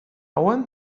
want